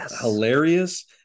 hilarious